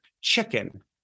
chicken